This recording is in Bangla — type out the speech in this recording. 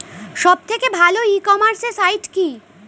সব থেকে ভালো ই কমার্সে সাইট কী?